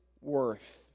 worth